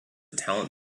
talent